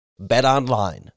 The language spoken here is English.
BetOnline